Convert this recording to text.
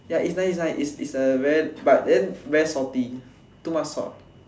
ya it's nice it's nice it's it's a very but then it's too salty too much salt